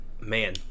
Man